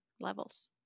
levels